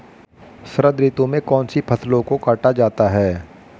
शरद ऋतु में कौन सी फसलों को काटा जाता है?